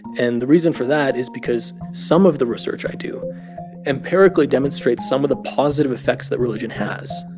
and the reason for that is because some of the research i do empirically demonstrates some of the positive effects that religion has.